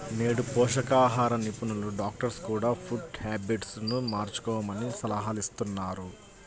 నేడు పోషకాహార నిపుణులు, డాక్టర్స్ కూడ ఫుడ్ హ్యాబిట్స్ ను మార్చుకోమని సలహాలిస్తున్నారు